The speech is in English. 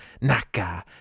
Naka